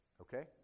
okay